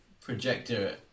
projector